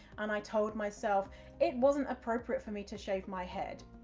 and i told myself it wasn't appropriate for me to shave my head.